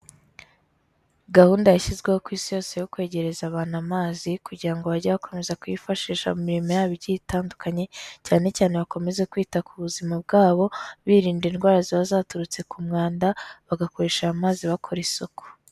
Gahunda yashyizweho ku Isi yose yo kwegereza abantu amazi kugira ngo bajye bakomeza kuyifashisha mu mirimo yabo igiye itandukanye, cyane cyane bakomeze kwita ku buzima bwabo birinda indwara ziba zaturutse ku mwanda, bagakoresha aya mazi bakora isuku.